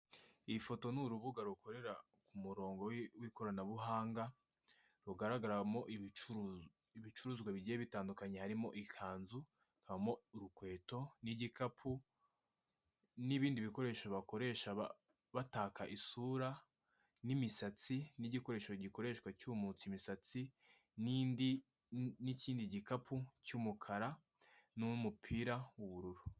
Iyi foto ni urubuga rukorera ku murongo w'ikoranabuhanga, rugaragaramo ibicuruzwa bigiye bitandukanye. Harimo ikanzu, harimo urukweto n'igikapu n'ibindi bikoresho bakoresha bataka isura. N'imisatsi, n'igikoresho gikoreshwa cyumutse imisatsi, n'indi n'ikindi gikapu cy'umukara, n'umupira w'ubururu.